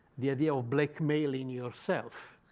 the idea of blackmailing yourself.